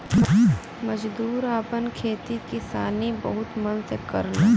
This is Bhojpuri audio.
मजदूर आपन खेती किसानी बहुत मन से करलन